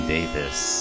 Davis